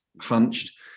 hunched